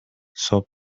صبح